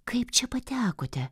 kaip čia patekote